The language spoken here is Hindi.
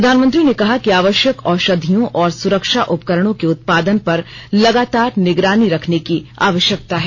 प्रधानमंत्री ने कहा कि आवश्यक औषधियों और सुरक्षा उपकरणों के उत्पादन पर लगातार निगरानी रखने की आवश्यकता है